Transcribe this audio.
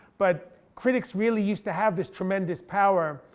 but critics really used to have this tremendous power,